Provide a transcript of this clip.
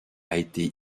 été